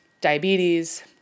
diabetes